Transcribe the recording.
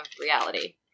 reality